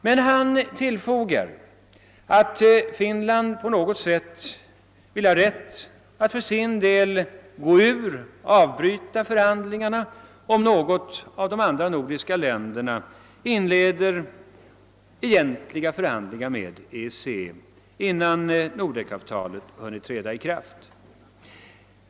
Men han tillfogar att Finland på något sätt vill ha rätt att för sin del avbryta förhandlingarna, om något av de andra nordiska länderna inleder egentliga förhandlingar med EEC innan Nordekavtalet hunnit träda i kraft.